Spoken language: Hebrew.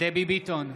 דבי ביטון,